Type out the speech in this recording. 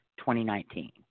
2019